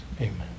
Amen